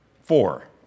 four